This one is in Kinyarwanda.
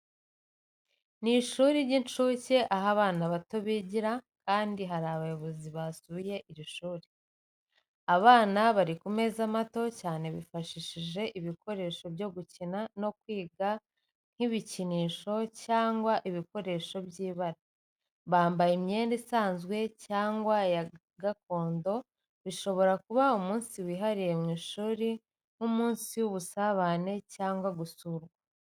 Ni ishuri ry’inshuke aho abana bato bigira kandi hari n’abayobozi basuye iri shuri. Abana bari ku meza mato cyane bifashishije ibikoresho byo gukina no kwiga nk’ibikinisho cyangwa ibikoresho by’ibara. Bambaye imyenda isanzwe cyangwa ya gakondo bishobora kuba umunsi wihariye mu ishuri nk’umunsi w’ubusabane cyangwa gusurwa.